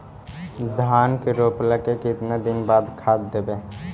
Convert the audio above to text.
धान के रोपला के केतना दिन के बाद खाद देबै?